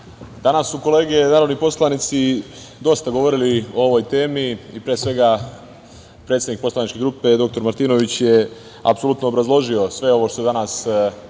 su kolege narodni poslanici dosta govorili o ovoj temi i, pre svega, predsednik poslaničke grupe dr Martinović je apsolutno obrazložio sve ovo o čemu